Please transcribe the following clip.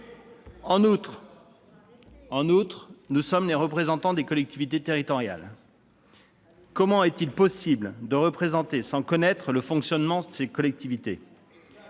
En outre, nous sommes les représentants des collectivités territoriales. Comment est-il possible de représenter sans connaître le fonctionnement de ces collectivités ?